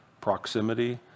proximity